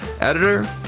Editor